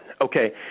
Okay